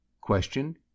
Question